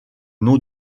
nom